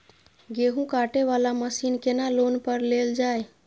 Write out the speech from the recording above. गेहूँ काटे वाला मशीन केना लोन पर लेल जाय?